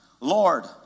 Lord